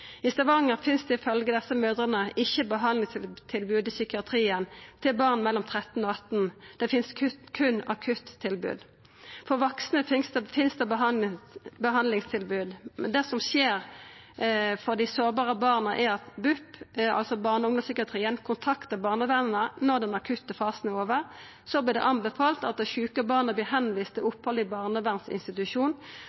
I Stavanger finst det ifølgje desse mødrene ikkje behandlingstilbod i psykiatrien til barn mellom 13 og 18 år. Det finst berre akuttilbod. For vaksne finst det behandlingstilbod. Det som skjer for dei sårbare barna, er at barne og ungdomspsykiatrien, BUP, kontaktar barnevernet når den akutte fasen er over. Så vert det anbefalt at det sjuke barnet vert sendt til